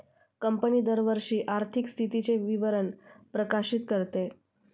company दरवर्षी आर्थिक स्थितीचे विवरण प्रकाशित करते